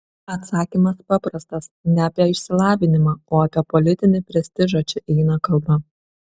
atsakymas paprastas ne apie išsilavinimą o apie politinį prestižą čia eina kalba